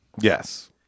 Yes